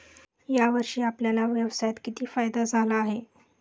या वर्षी आपल्याला व्यवसायात किती फायदा झाला आहे?